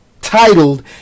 titled